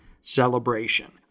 celebration